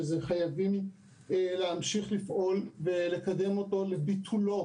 חייבים להמשיך לפעול ולקדם את ביטולו.